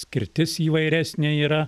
skirtis įvairesnė yra